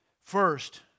First